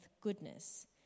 goodness